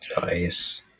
Nice